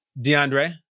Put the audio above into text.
DeAndre